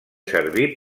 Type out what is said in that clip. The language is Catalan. servir